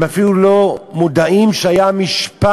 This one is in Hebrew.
הם אפילו לא מודעים לכך שהיה המשפט,